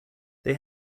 they